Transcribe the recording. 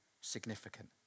significant